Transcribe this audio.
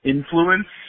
Influence